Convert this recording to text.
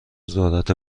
ذرت